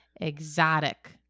Exotic